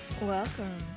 welcome